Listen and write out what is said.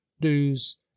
dues